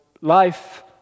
life